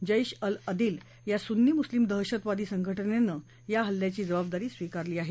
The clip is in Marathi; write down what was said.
जेश अल अदिल या सुन्नी मुस्लिम दहशतवादी संघ जेनं या हल्ल्याची जबाबदारी स्वीकारली आहे